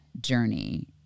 journey